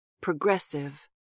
progressive